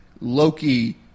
Loki